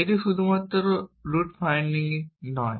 এটি শুধুমাত্র route finding নয়